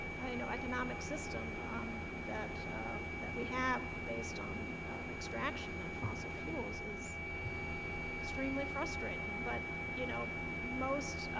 know economic system that that we have based on extraction and fossil fuels is extremely frustrating but you know most